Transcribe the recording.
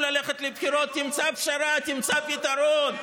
הם מרגישים את עצמם מצוין עם הגדרה של